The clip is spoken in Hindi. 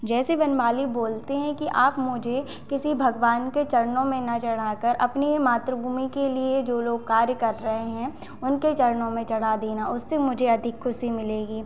जैसे वन माली बोलते हैं कि आप मुझे किसी भगवान के चरणों में ना चढ़ा कर अपनी ही मातृभूमि के लिए जो लोग लोग कार्य कर रहे हैं उनके चरणों में चढ़ा देना उससे मुझे अधिक ख़ुशी मिलेगी